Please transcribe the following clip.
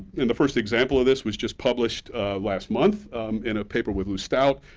and the first example of this was just published last month in a paper with lou staudt,